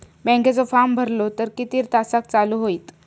बँकेचो फार्म भरलो तर किती तासाक चालू होईत?